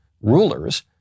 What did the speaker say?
rulers